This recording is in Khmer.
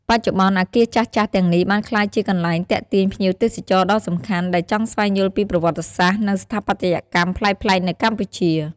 បច្ចុប្បន្ន អគារចាស់ៗទាំងនេះបានក្លាយជាកន្លែងទាក់ទាញភ្ញៀវទេសចរដ៏សំខាន់ ដែលចង់ស្វែងយល់ពីប្រវត្តិសាស្ត្រ និងស្ថាបត្យកម្មប្លែកៗនៅកម្ពុជា។